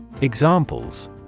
Examples